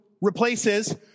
replaces